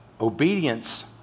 Obedience